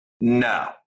no